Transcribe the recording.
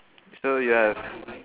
so you have